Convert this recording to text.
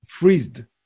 Freezed